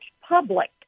public